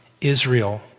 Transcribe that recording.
Israel